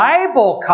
Bible